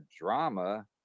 drama